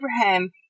Abraham